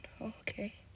okay